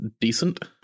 decent